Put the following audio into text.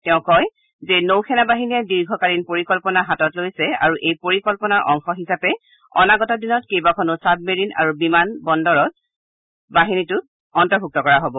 তেওঁ কয় যে নৌ সেনা বাহিনীয়ে দীৰ্ঘকালীন পৰিকল্পনা হাতত হৈছে আৰু এই পৰিকল্পনাৰ অংশ হিচাপে অনাগত দিনত কেইবাখনো ছাবমেৰিন আৰু বিমান বন্দৰত বাহিনীটোত অন্তৰ্ভুক্ত কৰা হব